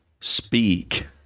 speak